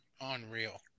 Unreal